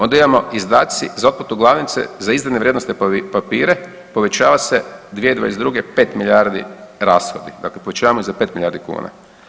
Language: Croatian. Onda imamo izdaci za otplatu glavnice za izdane vrijednosne papire povećava se 2022. 5 milijardi rashodi, dakle povećavamo ju za 5 milijardi kuna.